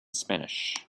spanish